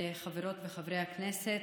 חברות וחברי הכנסת,